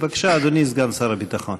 בבקשה, אדוני סגן שר הביטחון.